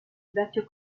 vecchio